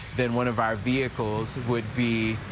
then one of our vehicles would be.